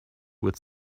with